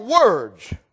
words